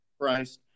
christ